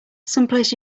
someplace